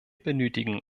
benötigen